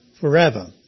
forever